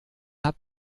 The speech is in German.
hat